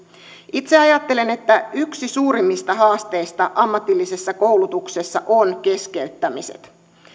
itse ajattelen että yksi suurimmista haasteista ammatillisessa koulutuksessa on keskeyttämiset